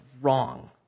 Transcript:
wrong